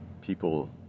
People